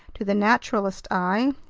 to the naturalist's eye,